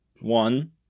one